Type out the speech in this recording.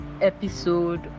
episode